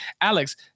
Alex